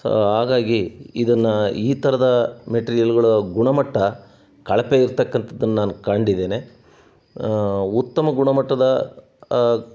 so ಹಾಗಾಗಿ ಇದನ್ನು ಈ ಥರದ ಮೆಟ್ರಿಯಲ್ಗಳ ಗುಣಮಟ್ಟ ಕಳಪೆ ಇರ್ತಕ್ಕಂಥದ್ದನ್ನು ನಾನು ಕಂಡಿದ್ದೇನೆ ಉತ್ತಮ ಗುಣಮಟ್ಟದ